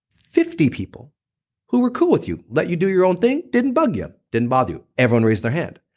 fifty people who were cool with you, let you do your own thing, didn't bug you, didn't bother you? everyone raised their hand.